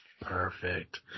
Perfect